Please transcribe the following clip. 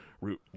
route